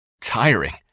tiring